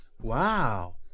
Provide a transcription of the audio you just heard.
Wow